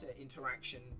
interaction